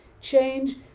change